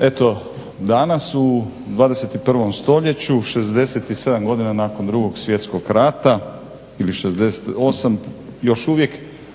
Eto danas u 21. stoljeću 67 godina nakon 2. svjetskog rata ili 68 još uvijek